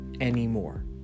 anymore